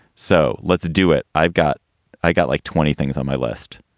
so let's do it. i've got i got like twenty things on my list.